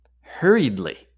hurriedly